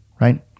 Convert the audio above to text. right